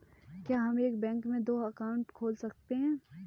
क्या हम एक बैंक में दो अकाउंट खोल सकते हैं?